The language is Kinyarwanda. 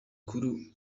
ukuli